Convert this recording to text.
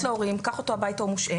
להורים 'קח אותו הביתה הוא מושעה',